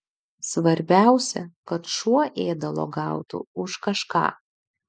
svarbiausia kad šuo ėdalo gautų už kažką